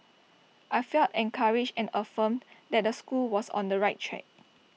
I felt encouraged and affirmed that the school was on the right track